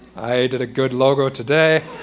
i did a good logo today.